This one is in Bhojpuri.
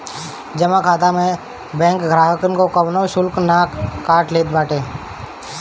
जमा खाता में बैंक ग्राहकन से कवनो शुल्क ना लेत बाटे